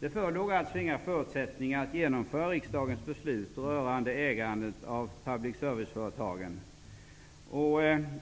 Det förelåg alltså inte några förutsättningar för att genomföra riksdagens beslut rörande ägandet av public service-företagen.